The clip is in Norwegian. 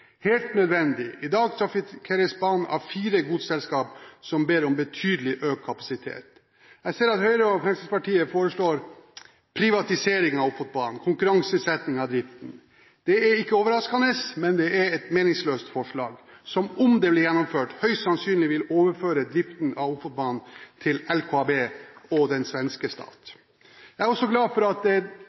helt nødvendig. I dag trafikkeres banen av fire godsselskap som ber om betydelig økt kapasitet. Jeg ser at Høyre og Fremskrittspartiet foreslår privatisering av Ofotbanen – en konkurranseutsetting av driften. Det er ikke overraskende, men det er et meningsløst forslag. Om det blir gjennomført, vil høyst sannsynlig driften bli overført til LKAB og den svenske stat. Jeg er også glad for